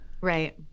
Right